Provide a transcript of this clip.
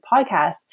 podcast